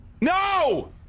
no